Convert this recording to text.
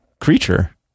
creature